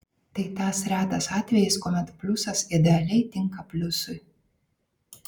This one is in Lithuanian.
tai tas retas atvejis kuomet pliusas idealiai tinka pliusui